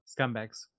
scumbags